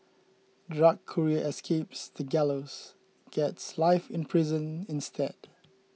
drug courier escapes the gallows gets life in prison instead